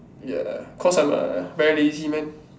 ya cause I am a very lazy man